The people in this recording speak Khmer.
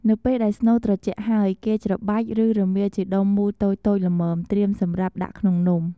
នៅពេលដែលស្នូលត្រជាក់ហើយ គេច្របាច់ ឬរមៀលជាដុំមូលតូចៗល្មម ត្រៀមសម្រាប់ដាក់ក្នុងនំ។